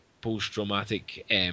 post-traumatic